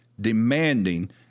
demanding